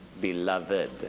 Beloved